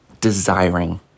desiring